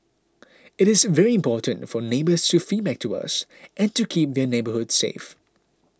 it is very important for neighbours to feedback to us and keep their neighbourhoods safe